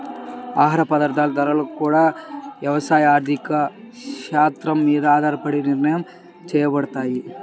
ఆహార పదార్థాల ధరలు గూడా యవసాయ ఆర్థిక శాత్రం మీద ఆధారపడే నిర్ణయించబడతయ్